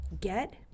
get